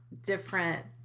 different